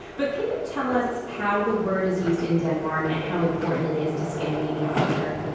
but can you tell us how the word is used in denmark and how important it is to scandinavian culture?